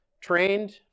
trained